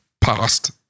past